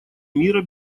мира